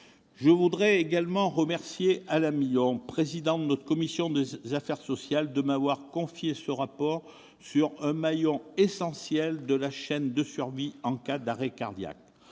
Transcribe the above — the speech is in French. Je voudrais également remercier Alain Milon, le président de notre commission des affaires sociales, de m'avoir confié ce rapport sur un maillon essentiel de la chaîne de survie en cas d'arrêt cardiaque.